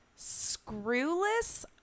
Screwless